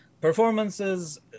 performances